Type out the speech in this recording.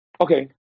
okay